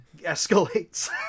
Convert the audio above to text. escalates